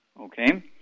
okay